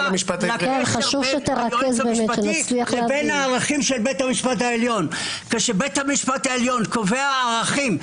כשבית המשפט העליון קובע ערכים,